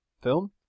film